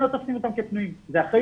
הם לא תופסים אותם כפנויים והאחריות